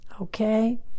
okay